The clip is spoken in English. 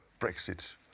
Brexit